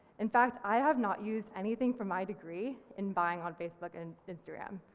in fact, i have not used anything from my degree in buying on facebook and instagram,